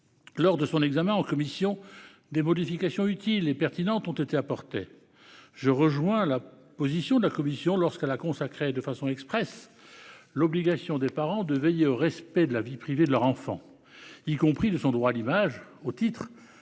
Lors de l'examen du texte en commission, des modifications utiles et pertinentes ont été apportées. Je rejoins la position de la commission, qui a consacré de façon expresse l'obligation des parents de veiller au respect de la vie privée de leur enfant, y compris de son droit à l'image, au titre